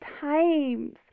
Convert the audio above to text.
times